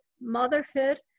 motherhood